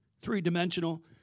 three-dimensional